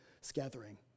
scattering